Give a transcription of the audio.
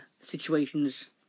situations